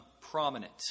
prominent